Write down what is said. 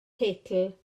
teitl